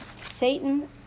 Satan